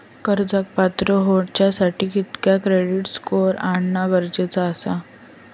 कर्जाक पात्र होवच्यासाठी कितक्या क्रेडिट स्कोअर असणा गरजेचा आसा?